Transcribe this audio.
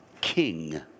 king